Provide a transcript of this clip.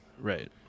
Right